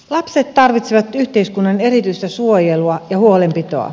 lapset tarvitsevat yhteiskunnan erityistä suojelua ja huolenpitoa